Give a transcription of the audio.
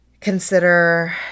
consider